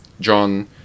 John